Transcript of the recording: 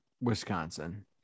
Wisconsin